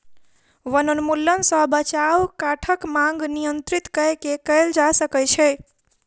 वनोन्मूलन सॅ बचाव काठक मांग नियंत्रित कय के कयल जा सकै छै